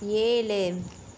ஏழு